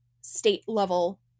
state-level